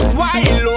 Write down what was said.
wild